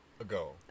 ago